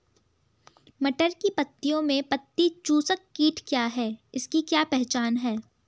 मटर की पत्तियों में पत्ती चूसक कीट क्या है इसकी क्या पहचान है?